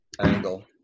angle